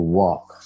walk